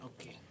Okay